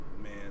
man